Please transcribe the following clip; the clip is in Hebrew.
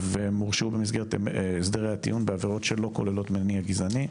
והם הורשעו במסגרת הסדרי הטיעון בעבירות שלא כוללות מניע גזעני.